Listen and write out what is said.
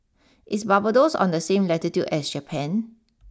is Barbados on the same latitude as Japan